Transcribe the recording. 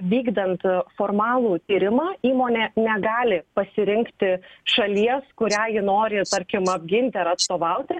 vykdant formalų tyrimą įmonė negali pasirinkti šalies kurią ji nori tarkim apginti ar atstovauti